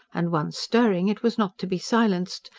and, once stirring, it was not to be silenced,